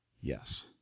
yes